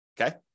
okay